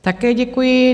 Také děkuji.